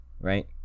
right